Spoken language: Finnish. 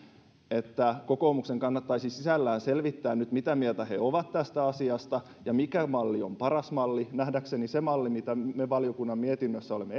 että kokoomuksen kannattaisi sisällään selvittää nyt mitä mieltä he ovat tästä asiasta ja mikä malli on paras malli nähdäkseni se malli mitä me valiokunnan mietinnössä olemme